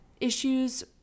issues